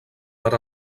per